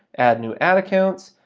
add new ad accounts,